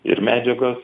ir medžiagos